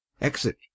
Exit